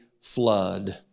flood